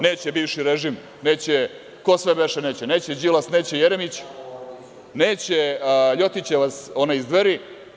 Neće bivši režim, neće, ko sve beše neće, neće Đilas, neće Jeremić, neće ljotićevac onaj iz Dveri.